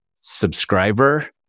subscriber